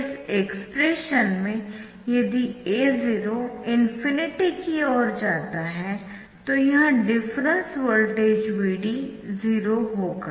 इस एक्सप्रेशन में यदि A0 ∞ की ओर जाता है तो यह डिफरेन्सवोल्टेज Vd 0 होगा